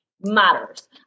matters